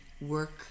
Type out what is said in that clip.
work